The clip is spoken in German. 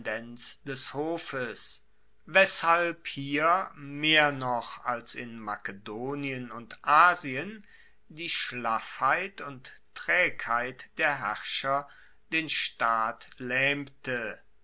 des hofes weshalb hier mehr noch als in makedonien und asien die schlaffheit und traegheit der herrscher den staat laehmte